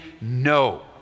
no